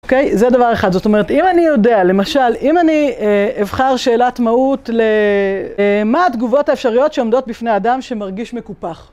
אוקיי? זה דבר אחד. זאת אומרת, אם אני יודע, למשל, אם אני אבחר שאלת מהות למה התגובות האפשריות שעומדות בפני אדם שמרגיש מקופח?